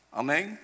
amen